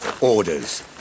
Orders